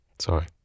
Sorry